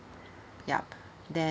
yup then